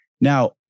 Now